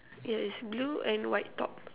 yeah it's blue and white top